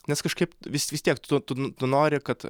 nes kažkaip vis vis tiek tu tu nori kad